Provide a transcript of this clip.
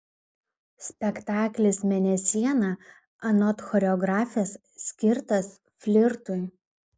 spektaklis mėnesiena anot choreografės skirtas flirtui